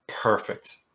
perfect